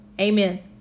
Amen